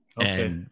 Okay